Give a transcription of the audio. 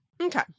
okay